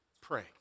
pray